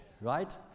right